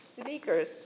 sneakers